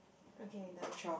okay done